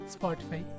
Spotify